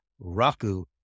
Raku